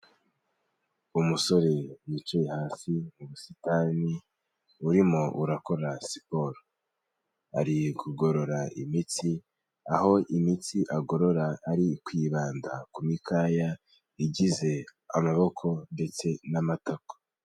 Umusore wicaye hasi mu busitani, urimo urakora siporo. Ari kugorora imitsi, aho imitsi agorora ari kwibanda ku mikaya igize amaboko ndetse n'amatako.